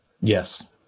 Yes